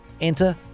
Enter